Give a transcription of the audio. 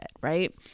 right